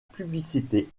publicité